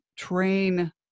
train